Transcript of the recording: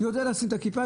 יודע לשים את הכיפה.